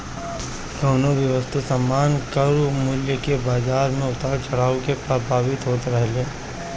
कवनो भी वस्तु सामान कअ मूल्य बाजार के उतार चढ़ाव से प्रभावित होत रहेला